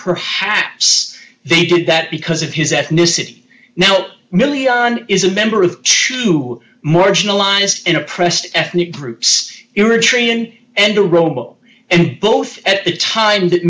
perhaps they did that because of his ethnicity now millie on is a member of two marginalized and oppressed ethnic groups you're training and a roble and both at the time that